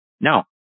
No